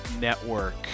Network